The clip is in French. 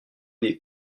des